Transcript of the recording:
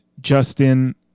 Justin